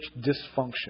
dysfunction